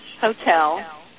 hotel